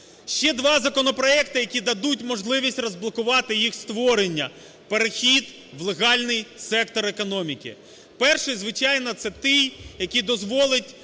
Ще два законопроекти, які дадуть можливість розблокувати їх створення, перехід в легальний сектор економіки. Перший, звичайно, це той, який дозволить